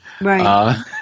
Right